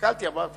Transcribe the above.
הסתכלתי עד